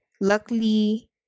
luckily